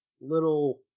little